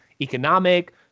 economic